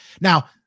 Now